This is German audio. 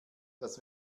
das